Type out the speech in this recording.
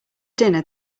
dinner